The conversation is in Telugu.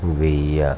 వెయ్యి